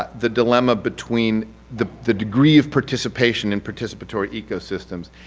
the dilemma between the the degree of participation and participatory ecosystems,